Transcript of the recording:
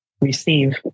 receive